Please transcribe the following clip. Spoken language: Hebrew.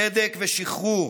צדק ושחרור,